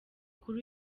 kuri